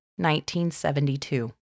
1972